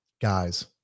guys